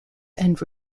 and